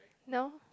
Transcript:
no